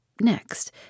Next